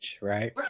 right